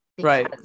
Right